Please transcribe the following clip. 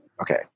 okay